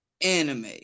anime